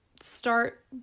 start